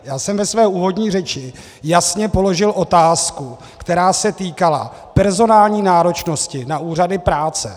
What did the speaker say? Já jsem ve své úvodní řeči jasně položil otázku, která se týkala personální náročnosti na úřady práce.